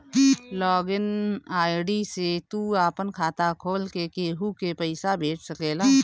log in ID से तू आपन खाता खोल के केहू के पईसा भेज सकेला